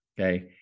okay